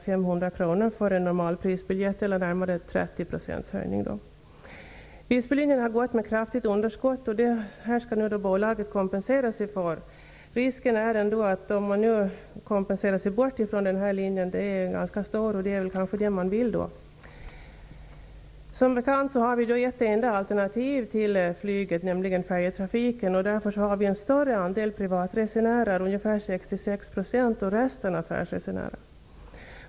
Visbylinjen har gått med kraftigt underskott. Det skall bolaget nu kompensera sig för. Risken för att man kompenserar sig bort från den här linjen är ganska stor. Det är kanske det man vill. Som bekant har vi ett enda alternativ till flyget, nämligen färjetrafiken. Därför har vi en större andel privatresenärer, ungefär 66 %. Resten är affärsresenärer.